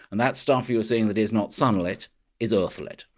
and that stuff you are seeing that is not sunlit is earth-lit.